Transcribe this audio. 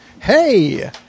Hey